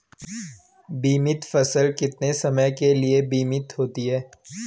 बीमित फसल कितने समय के लिए बीमित होती है?